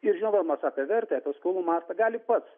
ir žinodamas apie vertę apie skolų mastą gali pats